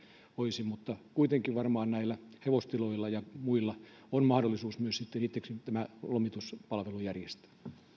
voisi mutta kuitenkin varmaan hevostiloilla ja muilla on mahdollisuus myös itse tämä lomituspalvelu järjestää